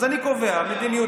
אז אני קובע מדיניות.